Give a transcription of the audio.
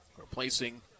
Replacing